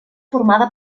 formada